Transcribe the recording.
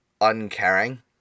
uncaring